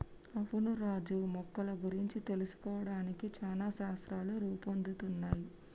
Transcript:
అవును రాజు మొక్కల గురించి తెలుసుకోవడానికి చానా శాస్త్రాలు రూపొందుతున్నయ్